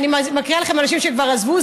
אני מקריאה לכם אנשים שכבר עזבו,